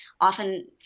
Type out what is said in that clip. often